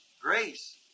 grace